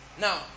Now